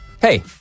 Hey